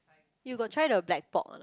you got try the black pork or not